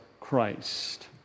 Christ